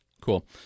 Cool